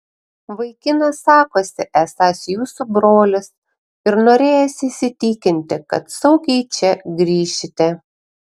vaikinas sakosi esąs jūsų brolis ir norėjęs įsitikinti kad saugiai čia grįšite